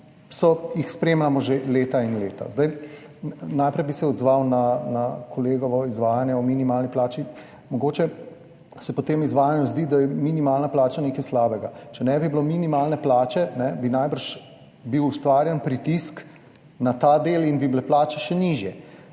spremljamo že leta in leta. Najprej bi se odzval na kolegovo izvajanje o minimalni plači. Mogoče se po tem izvajanju zdi, da je minimalna plača nekaj slabega. Če ne bi bilo minimalne plače, bi najbrž bil ustvarjen pritisk na ta del in bi bile plače še nižje.